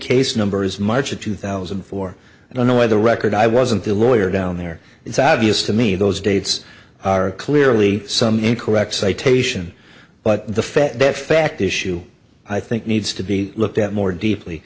case numbers march of two thousand and four and on the way the record i wasn't the lawyer down there it's obvious to me those dates are clearly some incorrect citation but the fact that fact issue i think needs to be looked at more deeply